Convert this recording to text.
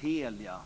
Telia